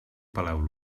peleu